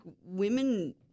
women